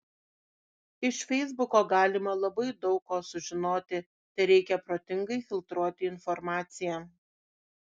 iš feisbuko galima labai daug ko sužinoti tereikia protingai filtruoti informaciją